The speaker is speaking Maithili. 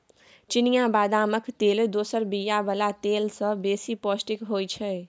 चिनियाँ बदामक तेल दोसर बीया बला तेल सँ बेसी पौष्टिक होइ छै